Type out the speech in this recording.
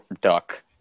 Duck